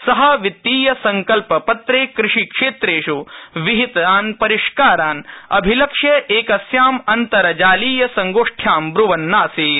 स वित्तीय संकल्प पत्रे कृषि क्षेत्रेष् विहितान् परिष्कारान् अभिलक्ष्य एकस्यां अन्तर्जालीय संगोष्ठ्यां ब्रवन्नासीत्